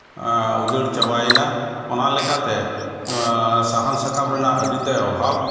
ᱩᱡᱟᱹᱲ ᱪᱟᱵᱟᱭᱮᱱᱟ ᱚᱱᱟ ᱞᱮᱠᱟᱛᱮ ᱱᱚᱣᱟ ᱥᱟᱦᱟᱱ ᱥᱟᱠᱟᱢ ᱨᱮᱱᱟᱜ ᱟᱹᱰᱤ ᱛᱮᱫ ᱚᱵᱷᱟᱵᱽ